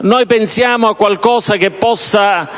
immaginiamo qualcosa che possa